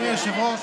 אדוני היושב-ראש,